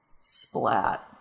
splat